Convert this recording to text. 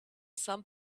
some